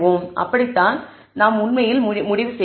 அப்படித்தான் நாம் உண்மையில் முடிவு செய்கிறோம்